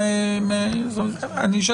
אני מבין